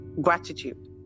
Gratitude